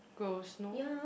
ghost no